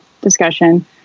discussion